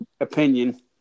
opinion